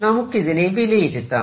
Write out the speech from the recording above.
നമുക്കിതിനെ വിലയിരുത്താം